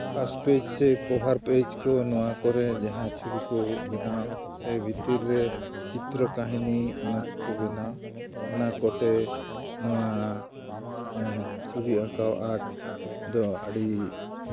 ᱯᱟᱥ page ᱥᱮ cover page ᱠᱚ ᱱᱚᱣᱟ ᱠᱚᱨᱮ ᱡᱟᱦᱟᱸ ᱪᱷᱚᱵᱤ ᱠᱚ ᱵᱮᱱᱟᱣ ᱥᱮ ᱵᱷᱤᱛᱤᱨ ᱨᱮ ᱪᱤᱛᱨᱚ ᱠᱟᱹᱦᱤᱱᱤ ᱚᱱᱟ ᱠᱚᱠᱚ ᱵᱮᱱᱟᱣ ᱚᱱᱟ ᱠᱚᱛᱮ ᱱᱚᱣᱟ ᱪᱷᱚᱵᱤ ᱟᱸᱠᱟᱣ ᱟᱨᱴ ᱫᱚ ᱟᱹᱰᱤ